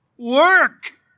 Work